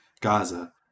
Gaza